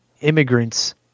immigrants